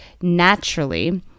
naturally